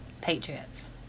Patriots